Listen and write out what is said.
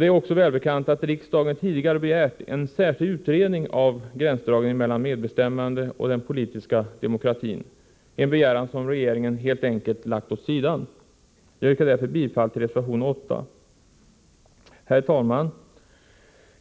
Det är också välbekant att riksdagen tidigare 11 begärt en särskild utredning om gränsdragningen mellan medbestämmandet och den politiska demokratin — en begäran som regeringen helt enkelt lagt åt sidan. Jag yrkar därför bifall till reservation 8. Herr talman!